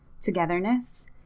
togetherness